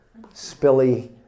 spilly